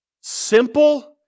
simple